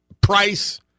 price